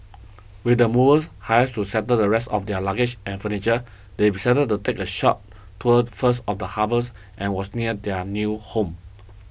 with the movers hired to settle the rest of their luggage and furniture they decided to take a short tour first of the harbours and was near their new home